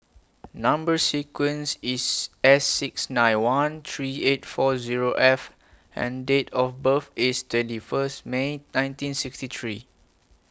Number sequence IS S six nine one three eight four Zero F and Date of birth IS twenty First May nineteen sixty three